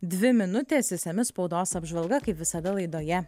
dvi minutės išsami spaudos apžvalga kaip visada laidoje